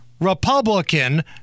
Republican